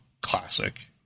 classic